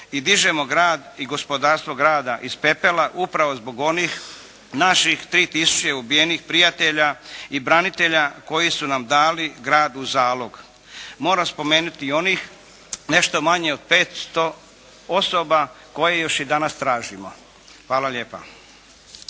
i dižemo grad i gospodarstvo grada iz pepela upravo zbog onih naših 3 tisuće ubijenih prijatelja i branitelja koji su nam dali grad u zalog. Moram spomenuti i onih nešto manje od 500 osoba koje još i danas tražimo. Hvala lijepo.